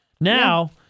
Now